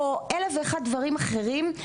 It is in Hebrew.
או אלף ואחד דברים אחרים,